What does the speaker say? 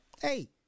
hey